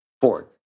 Ford